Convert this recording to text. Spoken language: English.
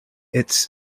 its